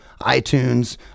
iTunes